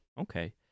Okay